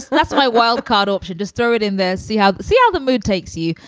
that's my wildcard option to stir it in there. see how see how the mood takes you.